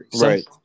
Right